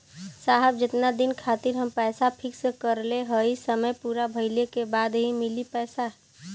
साहब जेतना दिन खातिर हम पैसा फिक्स करले हई समय पूरा भइले के बाद ही मिली पैसा?